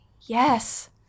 yes